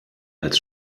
als